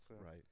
right